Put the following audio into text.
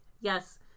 yes